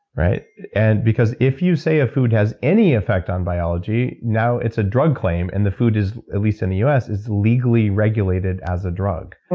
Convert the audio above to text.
and because if you say a food has any effect on biology, now it's a drug claim and the food is, at least in the us, is legally regulated as a drug.